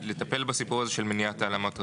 לטפל בסיפור הזה של מניעת העלמת ראיה.